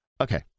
Okay